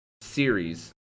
series